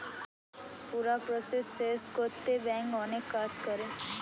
পুরা প্রসেস শেষ কোরতে ব্যাংক অনেক কাজ করে